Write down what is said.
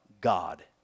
God